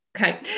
Okay